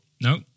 no